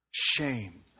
Shame